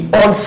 on